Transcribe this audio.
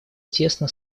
тесно